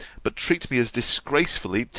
but treat me as disgracefully,